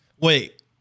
Wait